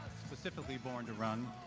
specifically born to run,